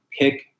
pick